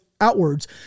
outwards